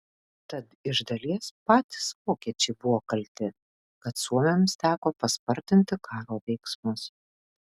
tad iš dalies patys vokiečiai buvo kalti kad suomiams teko paspartinti karo veiksmus